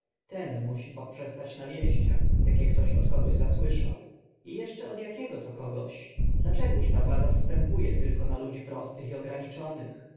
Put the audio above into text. ten musi poprzestać na wieściach akie ktoś od kogoś zasłyszał i eszcze od akiego to kogoś dlaczegóż ta władza zstępu e tylko na ludzi prostych i ograniczonych